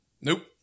Nope